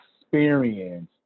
experience